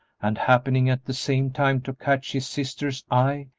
and happening at the same time to catch his sister's eye,